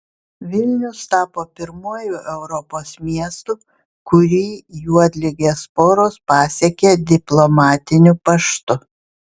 vilnius tapo pirmuoju europos miestu kurį juodligės sporos pasiekė diplomatiniu paštu